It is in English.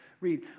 Read